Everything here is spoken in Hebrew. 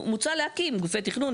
מוצע להקים גופי תכנון,